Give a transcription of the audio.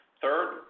third